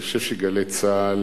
אני חושב ש"גלי צה"ל"